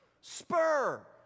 Spur